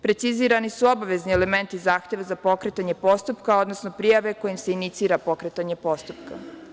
Precizirani su obavezni elementi zahteva za pokretanje postupka, odnosno prijave kojom se inicira pokretanje postupka.